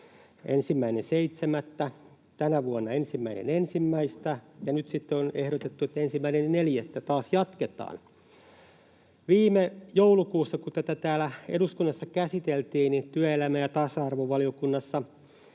1.7., tänä vuonna 1.1., ja nyt sitten on ehdotettu, että 1.4. taas jatketaan. Viime joulukuussa, kun tätä täällä eduskunnassa käsiteltiin, niin työelämä‑ ja tasa-arvovaliokunnassa